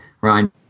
ryan